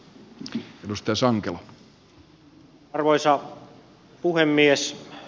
arvoisa puhemies